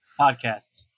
Podcasts